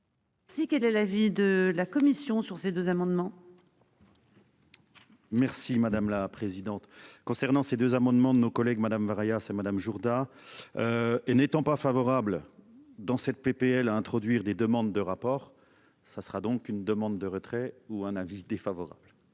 Six, quel est l'avis de la commission sur ces deux amendements. Merci madame la présidente, concernant ces deux amendements de nos collègues Madame Breillat c'est Madame Jourda. Et n'étant pas favorable dans cette PPL à introduire des demandes de rapport, ça sera donc une demande de retrait ou un avis défavorable.